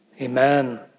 Amen